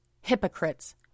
hypocrites